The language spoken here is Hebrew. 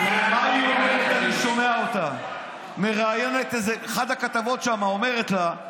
מר, איך קוראים למנכ"ל שם?